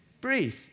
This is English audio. breathe